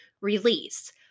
release